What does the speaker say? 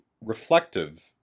reflective